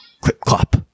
clip-clop